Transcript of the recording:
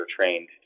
trained